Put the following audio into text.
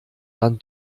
dann